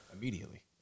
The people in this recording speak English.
immediately